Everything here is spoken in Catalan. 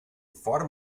fort